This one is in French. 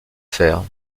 faire